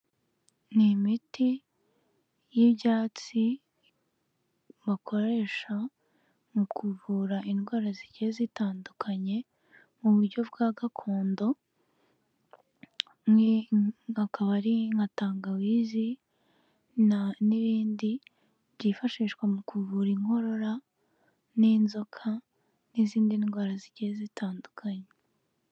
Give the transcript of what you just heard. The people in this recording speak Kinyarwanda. Ni imiti y'ibyatsi bakoresha mu kuvura indwara zigiye zitandukanye mu buryo bwa gakondo akaba ari nka tangawizi n'ibindi byifashishwa mu kuvura inkorora n'inzoka n'izindi ndwara zigiye zitandukanye.